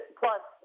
plus